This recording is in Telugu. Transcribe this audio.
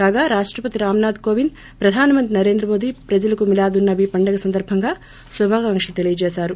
కాగా రాష్టపతి రామ్ నాధ్ కోవింద్ ప్రధానమంత్రి నరేంద్ర మోదీ ప్రజలకు మిలాద్ ఉన్ నబీ పండుగ సందర్బంగా శాభాకాంకులు తెలియజేశారు